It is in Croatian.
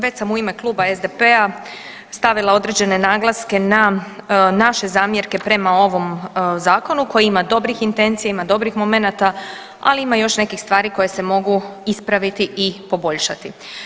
Već sam u ime Kluba SDP-a stavila određene naglaske na naše zamjerke prema ovom Zakonu koji ima dobrih intencija, ima dobrih momenata, ali ima još nekih stvari koje se mogu ispraviti i poboljšati.